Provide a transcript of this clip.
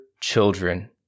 children